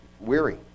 weary